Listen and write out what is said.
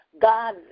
God